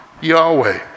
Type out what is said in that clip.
Yahweh